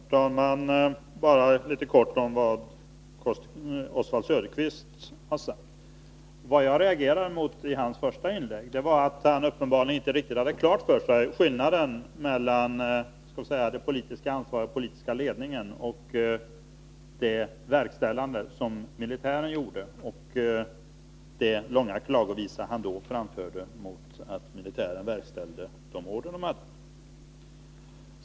Herr talman! Bara helt kort något om vad Oswald Söderqvist har sagt. Vad Onsdagen den jag reagerade mot i hans första inlägg var att han uppenbarligen inte riktigt 12 maj 1982 hade klart för sig skillnaden mellan låt mig säga det politiska ansvaret, den politiska ledningen, och militärens verkställande. Dessutom reagerade jag mot den långa klagovisa han då framförde mot att militären verkställde de order den fått.